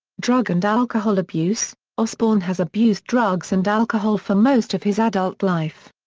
drug and alcohol abuse osbourne has abused drugs and alcohol for most of his adult life.